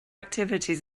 activities